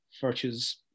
virtues